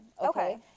okay